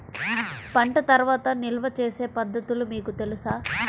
పంట తర్వాత నిల్వ చేసే పద్ధతులు మీకు తెలుసా?